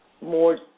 more